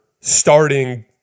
starting